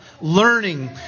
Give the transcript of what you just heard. learning